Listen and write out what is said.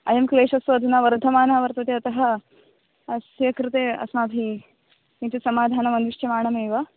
अयं क्लेषस्तु अधुना वर्धमानः वर्तते अतः अस्य कृते अस्माभिः किञ्चत् समाधानं अन्विष्यमाणमेव